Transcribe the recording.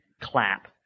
clap